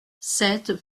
sept